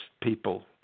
people